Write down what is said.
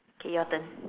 okay your turn